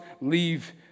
leave